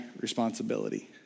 responsibility